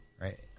Right